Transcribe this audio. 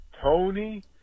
Tony